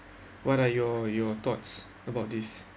what are your your thoughts about this